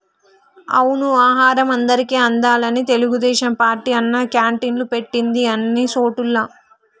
అవును ఆహారం అందరికి అందాలని తెలుగుదేశం పార్టీ అన్నా క్యాంటీన్లు పెట్టింది అన్ని సోటుల్లా